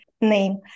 name